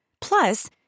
Plus